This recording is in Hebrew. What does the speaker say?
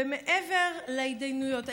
ומעבר להתדיינויות,